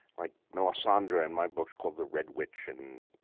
like, melisandre in my book, called the red witch, and